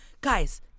guys